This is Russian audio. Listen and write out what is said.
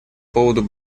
поводу